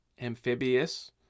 Amphibious